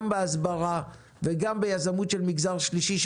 בהסברה וביזמות של מגזר שלישי.